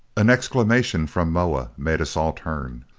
an exclamation from moa made us all turn.